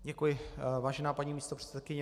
Děkuji, vážená paní místopředsedkyně.